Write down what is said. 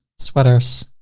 sweaters,